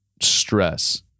stress